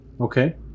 okay